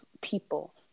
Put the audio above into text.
people